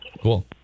Cool